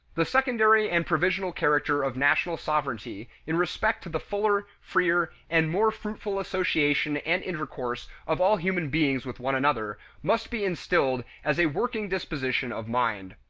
the secondary and provisional character of national sovereignty in respect to the fuller, freer, and more fruitful association and intercourse of all human beings with one another must be instilled as a working disposition of mind.